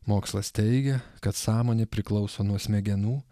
mokslas teigia kad sąmonė priklauso nuo smegenų